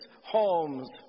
homes